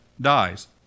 dies